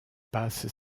passe